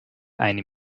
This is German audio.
eine